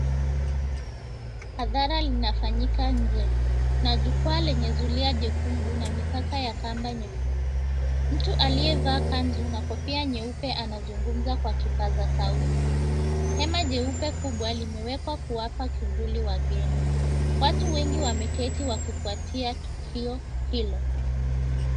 Hadhara linafanyika nje. Kuna jukwaa lenye zulia jekundu na mipaka ya kamba nyekundu. Mtu aliyevaa kanzu na kofia nyeupe anazungumza kwa kipaza sauti. Hema jeupe kubwa limewekwa kuwapa kivuli wageni. Watu wengi wameketi wakifuatia tukio hilo.